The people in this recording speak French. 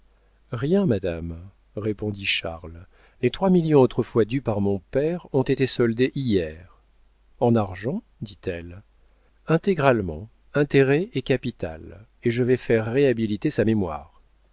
rien madame répondit charles les trois millions autrefois dus par mon père ont été soldés hier en argent dit-elle intégralement intérêts et capital et je vais faire réhabiliter sa mémoire